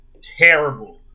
Terrible